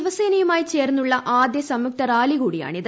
ശിവസേനയുമായി ചേർന്നുള്ള ആദ്യ സംയുക്ത റാലി കൂടിയാണിത്